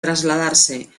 trasladarse